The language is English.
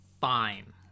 fine